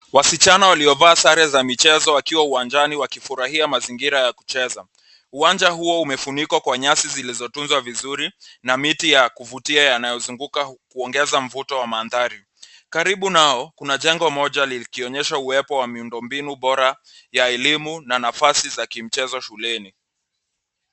Wasichana waliovaa sare za michezo wakiwa uwanjani wakifurahia bila ya kucheza. Uwanja huo umefunikwa kwa nyasi zilizotuzwa vizuri na miti ya kuvutia yanayozunguka kuongeza mvuto wa mandhari. Karibu nao kuna jengo moja likionyesha uwepo wa miundo mbinu bora ya elimu na nafasi za kimchezo shuleni.